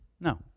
No